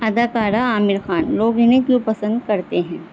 اداکارہ عامر خان لوگ انہیں کیوں پسند کرتے ہیں